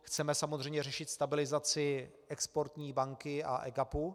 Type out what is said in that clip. Chceme samozřejmě řešit stabilizaci Exportní banky a EGAPu.